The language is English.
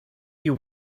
you